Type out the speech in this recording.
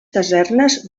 casernes